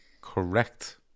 Correct